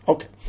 Okay